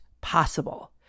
possible